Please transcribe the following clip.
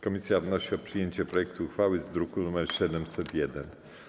Komisja wnosi o przyjęcie projektu uchwały z druku nr 701.